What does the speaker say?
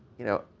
you know,